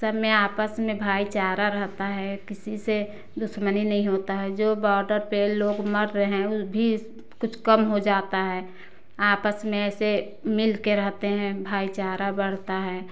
सब में आपस में भाईचारा रहता है किसी से दुश्मनी नहीं होता है जो बॉर्डर पर लोग मर रहे हैं वो भी कुछ कम हो जाता है आपस में से मिल कर रहते हैं भाईचारा बढ़ता है